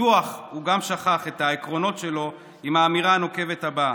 שבטוח הוא גם שכח את העקרונות שלו עם האמירה הנוקבת הבאה: